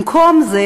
במקום זה,